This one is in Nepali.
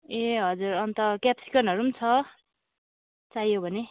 ए हजुर अन्त क्याप्सिकमहरू पनि छ चाहियो भने